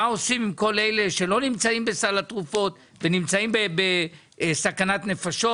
מה עושים עם כל אלה שלא נמצאים בסל התרופות ונמצאים בסכנת נפשות,